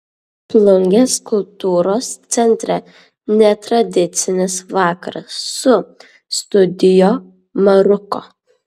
plungės kultūros centre netradicinis vakaras su studio maruko